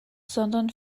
sondern